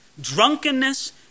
Drunkenness